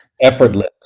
Effortless